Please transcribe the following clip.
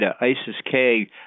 ISIS-K